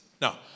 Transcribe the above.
Now